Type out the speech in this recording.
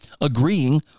agreeing